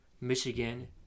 Michigan